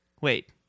Wait